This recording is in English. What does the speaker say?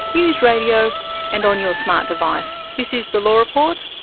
news radio and on your smart device, this is the law report.